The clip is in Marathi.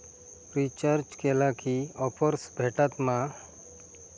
रिचार्ज केला की ऑफर्स भेटात मा?